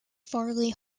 farley